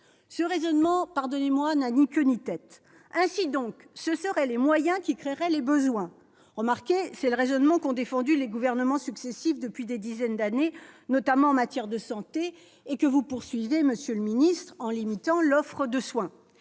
Ce raisonnement n'a ni queue ni tête ! Ainsi donc, les moyens créeraient les besoins ? Remarquez, c'est le raisonnement qu'ont défendu les gouvernements successifs depuis des dizaines d'années, notamment en matière de santé, et que vous poursuivez, monsieur le secrétaire d'État, en limitant l'offre de soins.